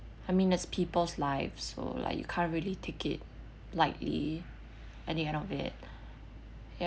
I mean as people's lives so like you can't really take it lightly and the end of it